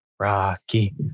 Rocky